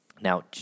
Now